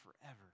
forever